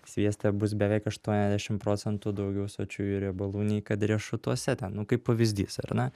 svieste bus beveik aštuoniasdešim procentų daugiau sočiųjų riebalų nei kad riešutuose ten nu kaip pavyzdys ar ne